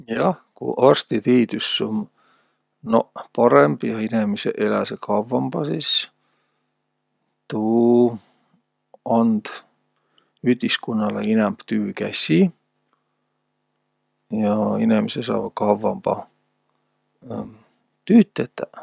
Jah, ku arstitiidüs um noq parõmb ja inemiseq eläseq kavvamba, sis tuu and ütiskunnalõ inämb tüükässi ja inemiseq saavaq kavvamba tüüd tetäq.